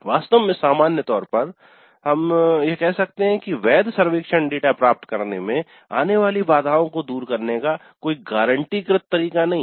वास्तव में सामान्य तौर पर हम यह कह सकते हैं कि वैध सर्वेक्षण डेटा प्राप्त करने में आने वाली बाधाओं को दूर करने का कोई गारंटीकृत तरीका नहीं है